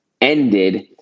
ended